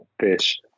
fish